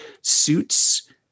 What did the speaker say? suits